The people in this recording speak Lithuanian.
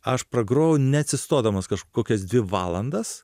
aš pragrojau neatsistodamas kažkokias dvi valandas